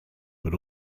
but